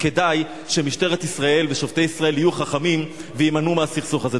וכדאי שמשטרת ישראל ושופטי ישראל יהיו חכמים ויימנעו מהסכסוך הזה.